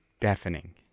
deafening